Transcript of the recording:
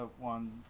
one